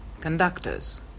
conductors